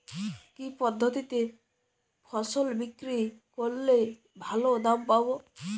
কি পদ্ধতিতে ফসল বিক্রি করলে ভালো দাম পাব?